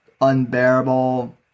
unbearable